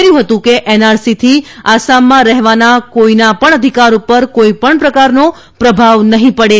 ેર્થું હતું કે એનઆરસીથી આસામમાં રહેવાના કોઈના પણ અધિકાર ઉપર કોઈપણ પ્રકારનો પ્રભાવ નહીં પડે